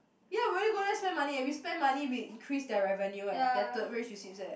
ya we only go there spend money eh we spend money we increase their revenue eh their tourist receipts eh